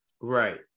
Right